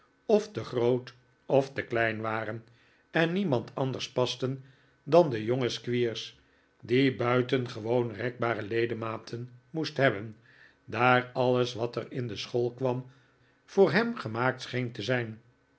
of te groot of te klein waren en niemand anders pasten dan den jongen squeers die buitengewoon rekbare ledematen moest hebben daar alles wat er in de school kwam voor hem gemaakt scheen te zijn